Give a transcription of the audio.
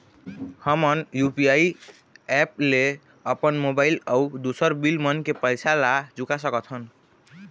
हमन UPI app ले अपन मोबाइल अऊ दूसर बिल मन के पैसा ला चुका सकथन